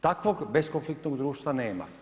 Takvog beskonfliktnog društva nema.